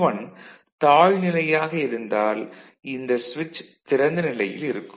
V1 தாழ் நிலையாக இருந்தால் இந்த சுவிட்ச் திறந்த நிலையில் இருக்கும்